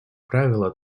правило